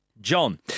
John